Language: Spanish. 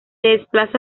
desplaza